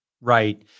Right